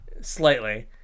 Slightly